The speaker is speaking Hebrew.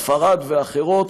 ספרד ואחרות,